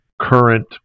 current